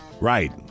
Right